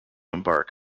embark